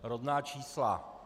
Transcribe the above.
Rodná čísla.